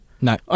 no